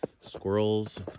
Squirrels